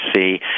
see